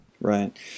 Right